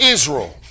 Israel